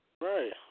Right